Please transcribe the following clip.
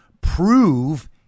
prove